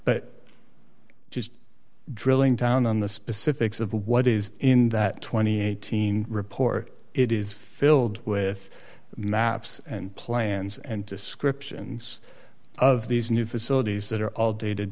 but just drilling down on the specifics of what is in that two thousand and eighteen report it is filled with maps and plans and descriptions of these new facilities that are all dated